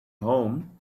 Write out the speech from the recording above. home